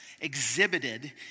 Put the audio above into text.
exhibited